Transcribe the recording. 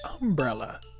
umbrella